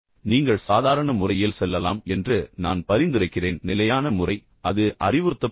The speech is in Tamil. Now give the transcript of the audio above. நீங்கள் சாதாரண முறையில் செல்லலாம் என்று நான் பரிந்துரைக்கிறேன் நிலையான முறை அது அறிவுறுத்தப்படுகிறது